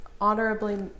honorably